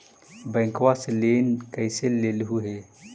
बैंकवा से लेन कैसे लेलहू हे?